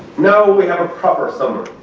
now we have a proper summer.